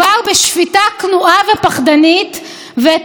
ככה לא מדברים על פסיקות של בית המשפט.